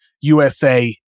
USA